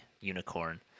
unicorn